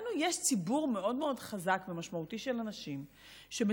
לנו יש ציבור מאוד מאוד חזק ומשמעותי של אנשים שמצפה